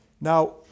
Now